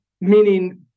Meaning